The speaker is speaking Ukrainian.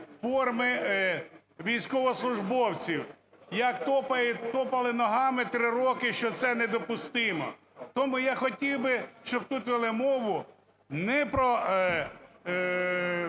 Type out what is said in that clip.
форми військовослужбовців, як тупали ногами 3 роки, що це недопустимо. Тому я хотів би, щоб тут вели мову не про